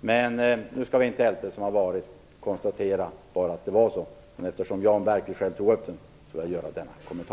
Men nu skall vi inte älta det som har varit. Jag konstaterar bara hur det var. Jag ville göra denna kommentar, eftersom Jan Bergqvist tog upp denna fråga.